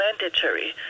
mandatory